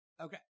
Okay